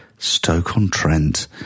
Stoke-on-Trent